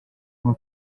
bwo